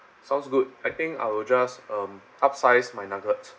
sounds good I think I will just um upsize my nugget